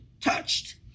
touched